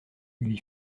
lui